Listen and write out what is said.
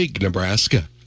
Nebraska